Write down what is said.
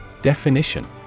Definition